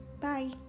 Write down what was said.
Bye